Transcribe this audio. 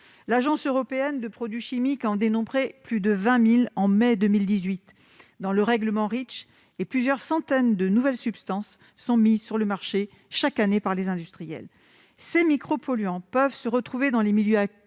L'Agence européenne des produits chimiques en dénombrait plus de 20 000 en mai 2018 dans le règlement Reach, et plusieurs centaines de nouvelles substances sont mises sur le marché chaque année par les industriels. Ces micropolluants peuvent se retrouver dans les milieux aquatiques